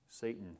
Satan